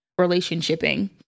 relationshiping